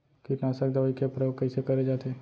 कीटनाशक दवई के प्रयोग कइसे करे जाथे?